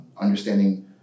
understanding